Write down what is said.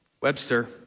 Webster